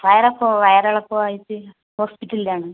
wire അപ്പോൾ വയറിളക്കുവും ആയിട്ട് ഹോസ്പിറ്റലിൽ ആണ്